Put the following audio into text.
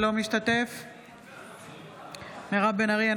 אינו משתתף בהצבעה מירב בן ארי,